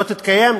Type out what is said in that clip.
לא תתקיים?